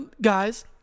guys